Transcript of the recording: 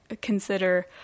consider